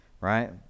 Right